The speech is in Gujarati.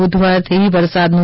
બુધવારથી વરસાદનું